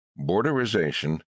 borderization